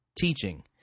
teaching